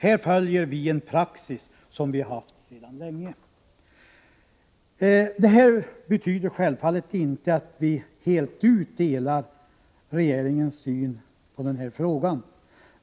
Här följer vi en praxis som vi haft sedan länge. Detta betyder självfallet inte att vi helt delar regeringens syn på frågan.